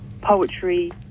poetry